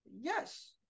Yes